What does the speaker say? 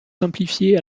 simplifiez